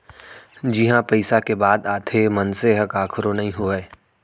जिहाँ पइसा के बात आथे मनसे ह कखरो नइ होवय